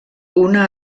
una